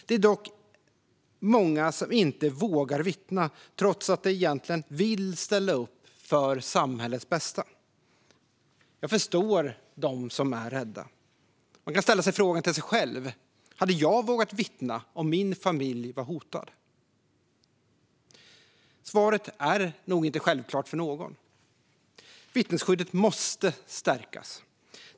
Det är dock många som inte vågar vittna, trots att de egentligen vill ställa upp för samhällets bästa. Jag förstår dem som är rädda. Man kan ställa frågan till sig själv: Hade jag vågat vittna om min familj var hotad? Svaret är nog inte självklart för någon. Vittnesskyddet måste stärkas.